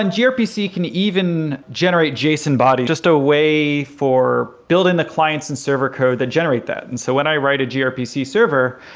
and grpc can even generate json body just a way for building the clients and server code that generate that. and so when i write a grpc server,